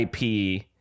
ip